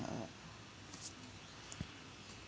uh